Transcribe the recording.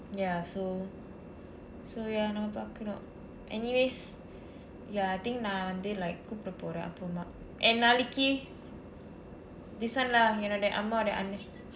ya so so ya நம்ம பார்க்கணும்:namma paarkkanum anyways ya I think நான் வந்து:naan vandthu like கூப்பிட போறேன் அப்புறம்மா:kuuppida pooreen appuramaa and நாளைக்கு:naalaikku this [one] lah என்னோட அம்மாவுடைய அண்ணா:ennooda ammaavudaiya annaa